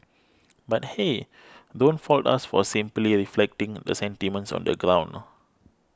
but hey don't fault us for simply reflecting the sentiments on the ground